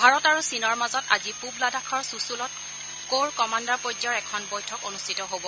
ভাৰত আৰু চীনৰ মাজত আজি পুব লাডাখৰ চুচুলত ক'ৰ কমাণ্ডাৰ পৰ্যায়ৰ এখন বৈঠক অনুষ্ঠিত হ'ব